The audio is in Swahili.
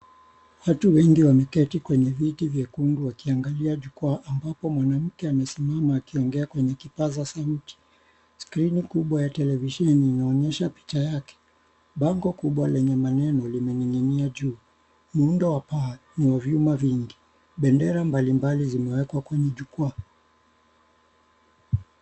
Watu wengi wameketi kwenye viti vyekundu wakiangalia jukwaa ambapo mwanamke amesimama akiongea kwenye kipaza sauti. Skrini kubwa ya televisheni inaonyesha picha yake. Bango kubwa lenye maneno limening'inia juu. Muundo wa paa una vyuma vingi. Bendera mbalimbali zimewekwa kwenye jukwaa.